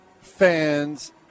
fans